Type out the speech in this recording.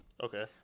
Okay